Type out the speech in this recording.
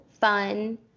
fun